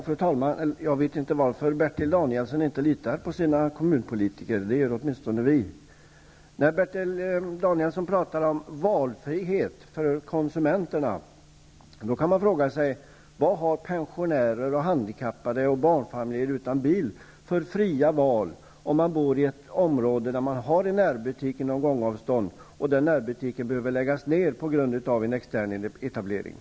Fru talman! Jag vet inte varför Bertil Danielsson inte litar på sina kommunpolitiker, det gör åtminstone vi. När Bertil Danielsson talar om valfrihet för konsumenterna undrar jag vilken valfrihet pensionärer, handikappade och barnfamiljer utan bil har om de bor i ett område där det på gångavstånd finns en närbutik, som måste läggas ned på grund av en extern etablering.